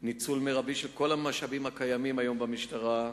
וניצול מרבי של כל המשאבים הקיימים היום במשטרה.